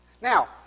Now